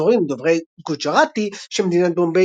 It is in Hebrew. אזורים דוברי גוג'ראטי של מדינת בומביי